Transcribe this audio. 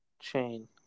Chain